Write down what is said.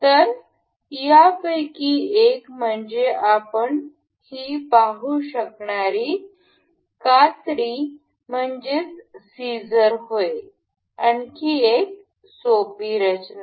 तर यापैकी एक म्हणजे आपण पाहू शकणारी कात्री आणखी एक सोपी रचना